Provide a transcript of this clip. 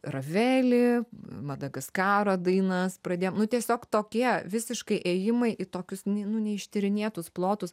ravelį madagaskaro dainas pradėjom tiesiog tokie visiškai ėjimai į tokius nu ne į neištyrinėtus plotus